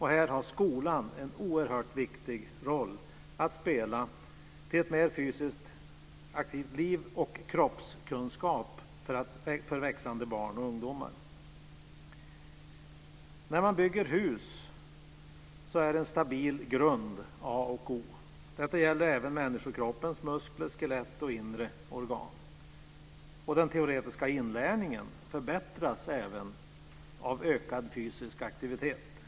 Här har skolan en oerhört viktig roll att spela för ett mer fysiskt aktivt liv och När man bygger hus är en stabil grund A och O. Detta gäller även människokroppens muskler, skelett och inre organ. Den teoretiska inlärningen förbättras även av ökad fysisk aktivitet.